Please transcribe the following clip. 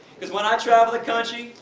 cause when i travel the country,